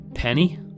Penny